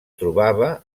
trobava